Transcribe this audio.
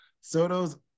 Soto's